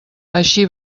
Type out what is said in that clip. així